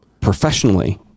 professionally